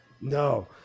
No